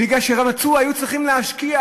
בגלל שהיו צריכים להשקיע,